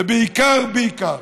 ובעיקר, בעיקר,